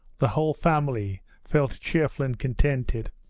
the whole family felt cheerful and contented.